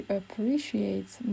appreciates